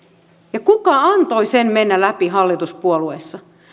ja kuka antoi mennä läpi hallituspuolueessa sen